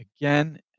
again